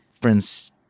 friends